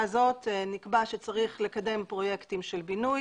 הזאת נקבע שצריך לקדם פרויקטים של בינוי.